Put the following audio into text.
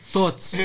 Thoughts